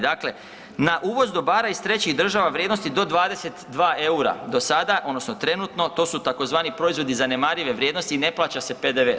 Dakle, na uvoz dobara iz trećih država vrijednosti do 22 eura, do sada, odnosno trenutno, to su tzv. proizvodi zanemarive vrijednosti i ne plaća se PDV.